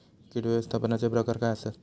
कीड व्यवस्थापनाचे प्रकार काय आसत?